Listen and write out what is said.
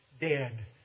dead